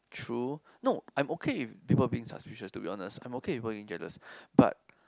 true no I'm okay with people being suspicious to be honest I'm okay with people being jealous but